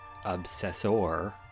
obsessor